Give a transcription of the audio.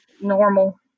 normal